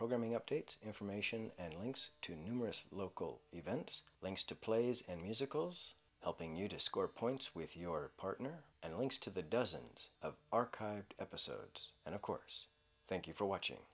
programming update information and links to numerous local events links to plays and musicals helping you to score points with your partner and links to the dozens of archived episodes and of course thank you for watching